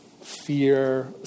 fear